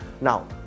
Now